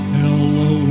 hello